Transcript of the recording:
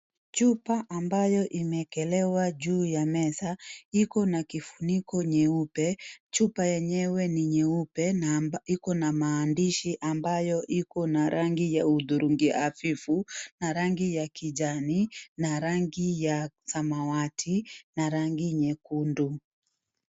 Chupa ambayo imewekelewa juu ya meza iko na kifuniko nyeupe chupa yenyewe ni nyeupe na iko na maandishi ambayo iko na rangi ya udhurungi hafifu na rangi ya kijani na rangi ya samawati na rangi nyekundu.